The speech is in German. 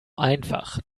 einfach